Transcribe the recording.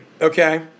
okay